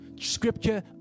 scripture